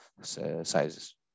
sizes